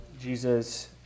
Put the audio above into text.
Jesus